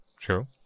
True